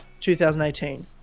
2018